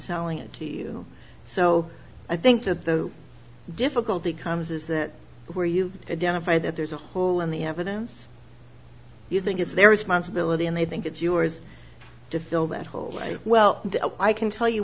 selling it to you so i think that the difficulty comes is that where you identify that there's a hole in the evidence you think it's their responsibility and they think it's yours to fill that hole i well i can tell you